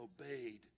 obeyed